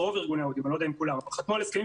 לא יודעת, אולי אלה התכניות שלכם.